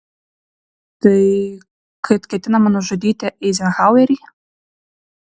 tai kad ketinama nužudyti eizenhauerį